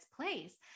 place